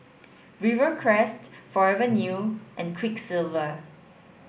Rivercrest Forever New and Quiksilver